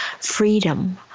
freedom